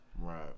Right